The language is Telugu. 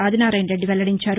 ఆదినారాయణరెడ్డి వెల్లడించారు